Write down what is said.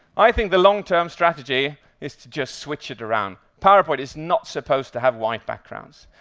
i think the long-term strategy is to just switch it around. powerpoint is not supposed to have white backgrounds.